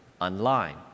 online